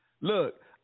Look